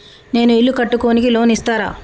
నేను ఇల్లు కట్టుకోనికి లోన్ ఇస్తరా?